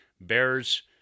Bears